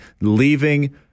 leaving